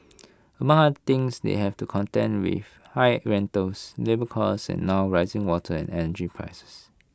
among other things they have to contend with high rentals labour costs and now rising water and energy prices